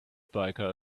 biker